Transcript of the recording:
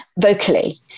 vocally